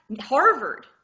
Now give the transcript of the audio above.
Harvard